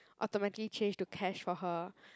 automatically change to cash for her